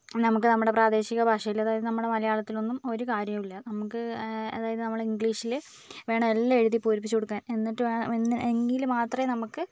നമുക്ക് നമ്മുടെ പ്രാദേശിക ഭാഷയിൽ അതായത് നമ്മളെ മലയാളത്തിലൊന്നും ഒരു കാര്യോം ഇല്ല നമുക്ക് അതായത് നമ്മളെ ഇംഗ്ലീഷിൽ വേണം എല്ലാം എഴുതി പൂരിപ്പിച്ചു കൊടുക്കാൻ എന്നിട്ട് വേണം എങ്കിൽ മാത്രമേ നമുക്ക്